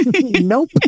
nope